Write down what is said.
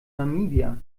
namibia